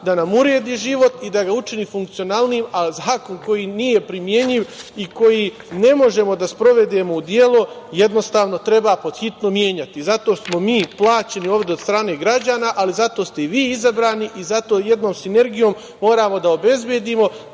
da nam uredi život i da ga učini funkcionalnijim, ali zakon koji nije primenjiv i koji ne možemo da sprovedemo u delo, jednostavno treba pod hitno menjati. Zato smo mi plaćeni ovde od strane građana, ali zato ste i vi izabrani i zato jednom sinergijom moramo da obezbedimo